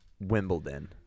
Wimbledon